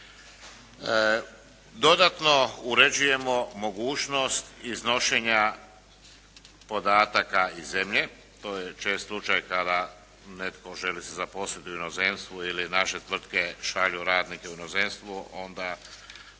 Dodatno uređujemo mogućnost iznošenja podataka iz zemlje. To je čest slučaj kada netko želi se zaposliti u inozemstvu ili naše tvrtke šalju radnike u inozemstvo. Onda